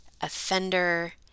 offender